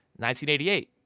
1988